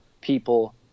people—